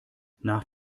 nach